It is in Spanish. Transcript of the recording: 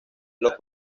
los